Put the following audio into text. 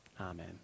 Amen